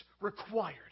required